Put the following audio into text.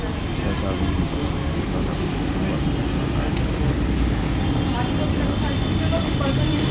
सरकार विभिन्न तरहक कर, उपकर लगाके आ परिसंपत्तिक विनिवेश कैर के राजस्व जुटाबै छै